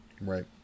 Right